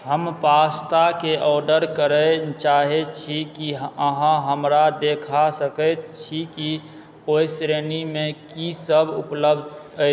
हम पास्ता के ऑर्डर करय चाहै छी की अहाँ हमरा देखा सकैत छी कि ओय श्रेणीमे की सब उपलब्ध अछि